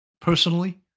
personally